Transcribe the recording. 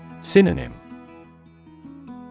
Synonym